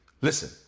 Listen